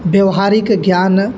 व्यावहारिकज्ञानम्